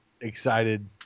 excited